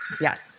Yes